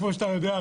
כמו שאתה יודע,